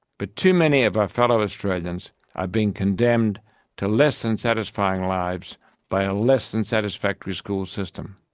but too many of our fellow australians are being condemned to less-than-satisfying lives by a less-than-satisfactory school system.